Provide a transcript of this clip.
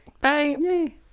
bye